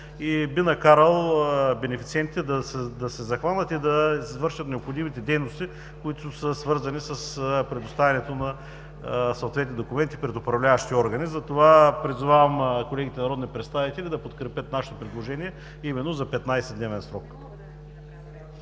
и би накарал бенефициентите да извършат необходимите дейности, които са свързани с предоставянето на съответните документи пред управляващия орган. Призовавам колегите народни представители да подкрепят нашето предложение – именно за 15-дневен срок.